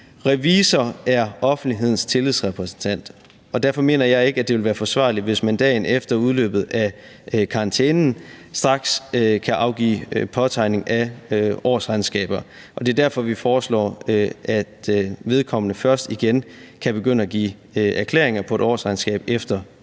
revisor er offentlighedens tillidsrepræsentant, og derfor mener jeg ikke, at det vil være forsvarligt, hvis man dagen efter udløbet af karantænen straks kan afgive påtegning af årsregnskaber. Det er derfor, vi foreslår, at vedkommende først igen kan begynde at give erklæringer på et årsregnskab efter 5 år.